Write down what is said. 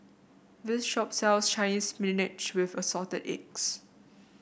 this shop sells Chinese Spinach with Assorted Eggs